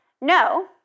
no